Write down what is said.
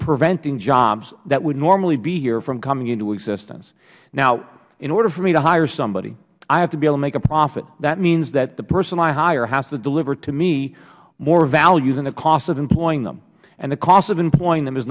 preventing jobs that would normally be here from coming into existence in order for me to hire somebody i have to be able to make a profit that means the person i hire has to deliver to me more value than the cost of employing them the cost of employing them is